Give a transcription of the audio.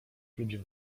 lubię